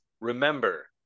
remember